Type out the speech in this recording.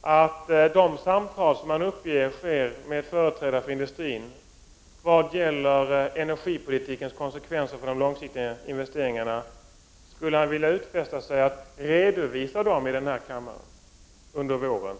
att de samtal som han uppger sker med företrädare för industrin vad gäller energipolitikens konsekvenser för de långsiktiga investeringarna redovisas i den här kammaren under våren?